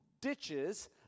ditches